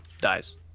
dies